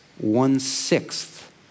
one-sixth